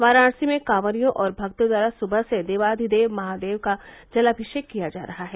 वाराणसी में कांवरियों और भक्तों द्वारा सुबह से देवाघिदेव महादेव का जलाभिषेक किया जा रहा है